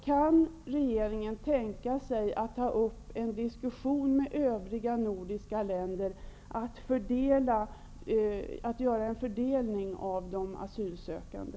Kan regeringen tänka sig att ta upp en diskussion med övriga nordiska länder om att göra en fördelning av de asylsökande?